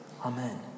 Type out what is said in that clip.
Amen